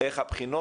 ואיך יהיו הבחינות,